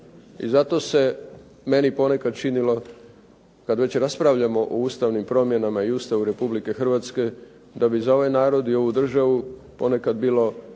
i zato se meni ponekad činilo kad već raspravljamo o ustavnim promjenama i Ustavu Republike Hrvatske da bi za ovaj narod i ovu državu ponekad bilo